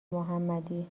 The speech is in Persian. محمدی